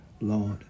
Lord